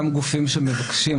שנים,